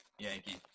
Yankee